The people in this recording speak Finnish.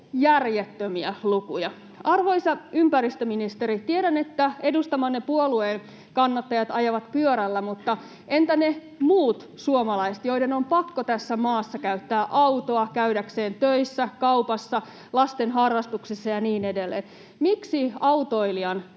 Järjettömiä lukuja. Arvoisa ympäristöministeri, tiedän, että edustamanne puolueen kannattajat ajavat pyörällä, mutta entä ne muut suomalaiset, joiden on pakko tässä maassa käyttää autoa käydäkseen töissä, kaupassa, lasten harrastuksissa ja niin edelleen? Miksi autoilijan